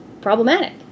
problematic